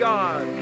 God